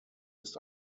ist